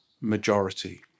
majority